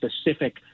specific